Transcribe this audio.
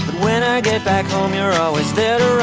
when i get back home, you're always there.